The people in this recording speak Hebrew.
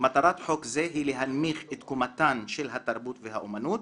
"מטרת חוק זה היא להנמיך את קומתן של התרבות והאמנות,